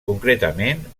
concretament